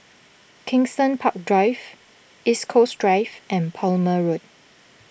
Kensington Park Drive East Coast Drive and Palmer Road